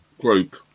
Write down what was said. group